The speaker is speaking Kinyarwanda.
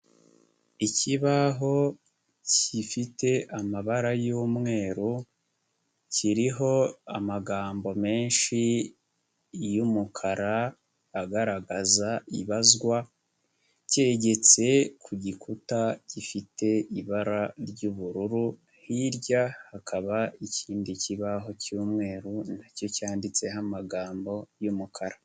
Ikibaho gifite amabara y'umweru, kiriho amagambo menshi y'umukara agaragaza ibazwa, cyegetse ku gikuta gifite ibara ry'ubururu, hirya hakaba ikindi kibaho cy'umweru na cyo cyanditseho amagambo y'umukara.